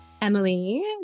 Emily